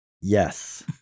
Yes